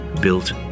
built